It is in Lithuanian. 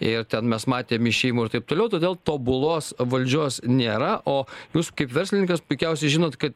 ėjo ten mes matėm išėjimų ir taip toliau todėl tobulos valdžios nėra o jūs kaip verslininkas puikiausiai žinot kad